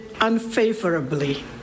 unfavorably